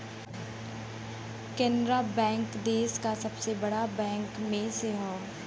Canara bank देस का सबसे बड़ा बैंक में से हौ